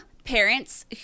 parents